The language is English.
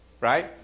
Right